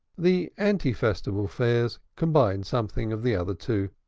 the ante-festival fairs combined something of the other two,